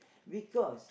because